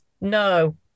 no